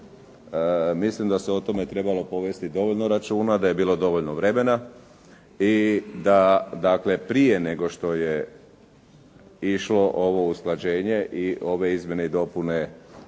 Mislim da se o tome trebalo povesti dovoljno računa, da je bilo dovoljno vremena i da dakle prije nego što je išlo ovo usklađenje i ove izmjene i dopune